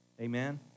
Amen